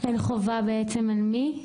אין חובה על מי?